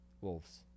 wolves